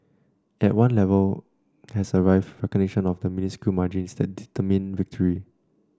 at one level has arrived recognition of the minuscule margins that determine victory